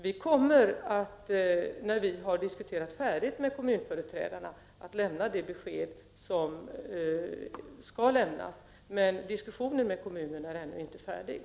Vi kommer, när vi har diskuterat färdigt med kommunföreträdarna, att lämna de besked som skall lämnas. Men diskussionen med kommunen är ännu inte avslutad.